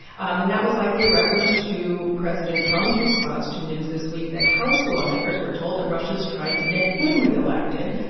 um and that was likely a reference to president trump's response to news this week that house lawmakers were told that russia's trying to get him reelected,